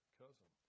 cousin